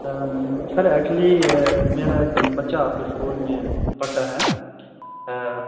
سر actually میرا ایک بچہ آپ کے اسکول میں پرھتا ہے